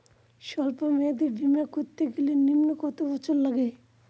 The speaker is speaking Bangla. সল্প মেয়াদী বীমা করতে গেলে নিম্ন কত বছর লাগে?